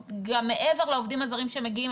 גם מעבר לעובדים הזרים שמגיעים,